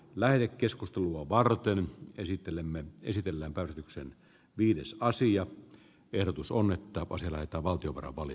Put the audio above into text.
lähetekeskustelua varten esittelemme esitellä kartyksen viides karsii ja erotus on mittava sillä että valtio porvali